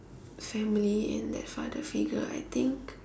family and that father figure I think